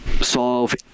solve